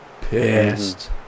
pissed